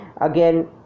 again